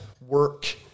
work